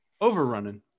overrunning